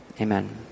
amen